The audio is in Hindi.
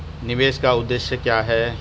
निवेश का उद्देश्य क्या है?